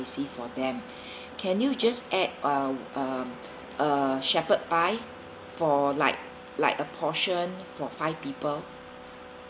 spicy for them can you just add a um a a shepherd pie for like like a portion for five people